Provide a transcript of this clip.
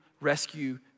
rescue